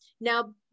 now